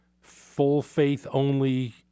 full-faith-only